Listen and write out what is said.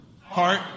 Heart